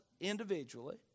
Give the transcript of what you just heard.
individually